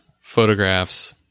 photographs